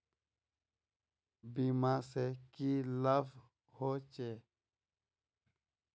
बीमा से की लाभ होचे?